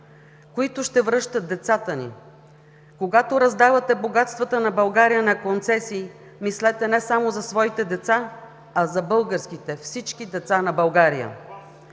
които ще връщат децата ни, когато раздавате богатствата на България на концесии, мислете не само за своите деца, а за българските, за всички деца на България.